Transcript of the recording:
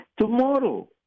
Tomorrow